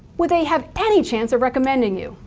would they have any chance of recommending you?